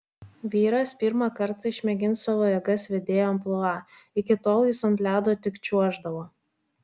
vyras pirmą kartą išmėgins savo jėgas vedėjo amplua iki tol jis ant ledo tik čiuoždavo